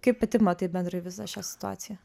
kaip pati matai bendrai visą šią situaciją